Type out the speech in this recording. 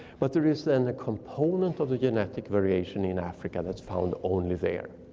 but there is and a component of the genetic variation in africa that's found only there.